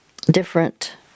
different